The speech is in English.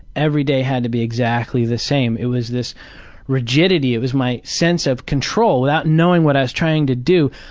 every day had to be exactly the same. it was this rigidity, it was my sense of control, without knowing what i was trying to do,